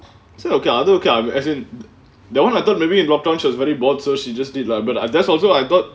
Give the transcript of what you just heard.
business okay lah I think okay lah as in that [one] I thought maybe one time she's very bored so she just did lah but that's also I thought